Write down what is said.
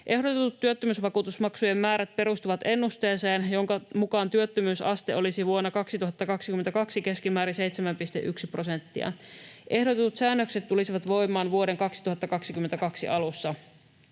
Ehdotetut työttömyysvakuutusmaksujen määrät perustuvat ennusteeseen, jonka mukaan työttömyysaste olisi vuonna 2022 keskimäärin 7,1 prosenttia. Ehdotetut säännökset tulisivat voimaan vuoden 2022 alussa.